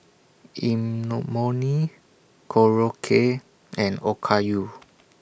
Korokke and Okayu